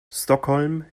stockholm